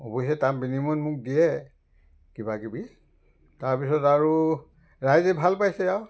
অৱশ্যে তাৰ বিনিময়ত মোক দিয়ে কিবাকিবি তাৰপিছত আৰু ৰাইজে ভাল পাইছে আৰু